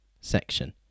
section